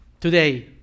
Today